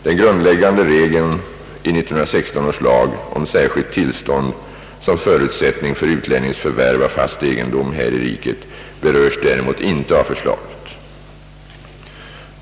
Den grundläggande regeln i 1916 års lag om särskilt tillstånd som förutsättning för utlännings förvärv av fast egendom här i riket berörs däremot inte av förslaget.